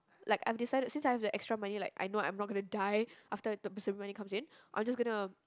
like I've decided since I've the extra money like I know I'm not gonna die after the bursary money comes in I'll just gonna